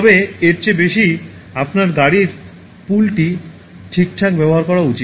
তবে এর চেয়ে বেশি আপনার গাড়ীর পুলটি ঠিকঠাক ব্যবহার করা উচিত